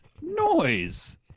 noise